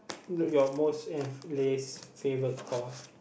no your most and less favourite core